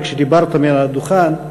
וכשדיברת מהדוכן,